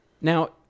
now